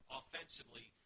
offensively